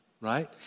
right